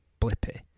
Blippi